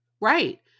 right